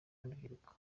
n’urubyiruko